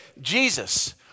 Jesus